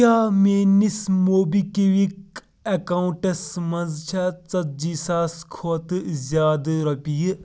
کیٛاہ میٛٲنِس MobiKwik accounts منٛز چھا ژتجی ساس کھۄتہٕ زِیٛادٕ رۄپیہِ